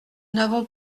n’avons